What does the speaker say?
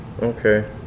Okay